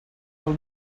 del